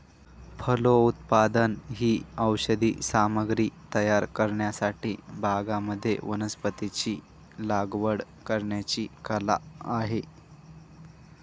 फलोत्पादन ही औषधी सामग्री तयार करण्यासाठी बागांमध्ये वनस्पतींची लागवड करण्याची कला आहे